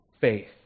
faith